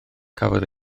cafodd